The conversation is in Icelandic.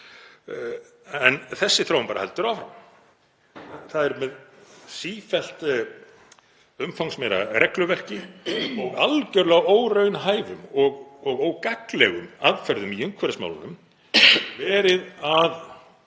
En þessi þróun heldur bara áfram. Það er með sífellt umfangsmeira regluverki og algerlega óraunhæfum og gagnlegum aðferðum í umhverfismálunum verið að